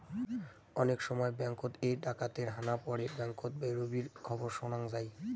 অনেক সময় ব্যাঙ্ককোত এ ডাকাতের হানা পড়ে ব্যাঙ্ককোত রোবেরির খবর শোনাং যাই